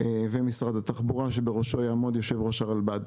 ומשרד התחבורה שבראשו יעמוד יושב-ראש הרלב"ד.